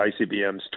ICBMs